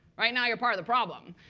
right now, you're part of the problem.